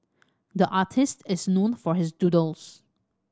the artist is known for his doodles